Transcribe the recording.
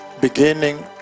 beginning